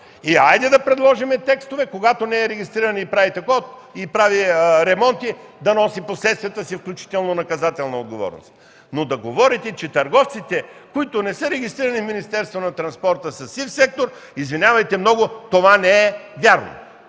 Хайде да предложим текстове, когато той не е регистриран и прави ремонти, да носи последствията си, включително наказателна отговорност. Но да говорите, че търговците, които не са регистрирани в Министерството на транспорта, са сив сектор, извинявайте много, но това не е вярно.